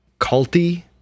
culty